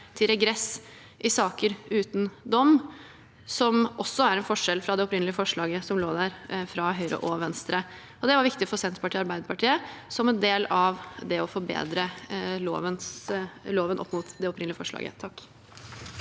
til regress i saker uten dom, som også er en forskjell fra det opprinnelige forslaget som lå der fra Høyre og Venstre. Det var viktig for Senterpartiet og Arbeiderpartiet, som en del av det å forbedre loven opp mot det opprinnelige forslaget.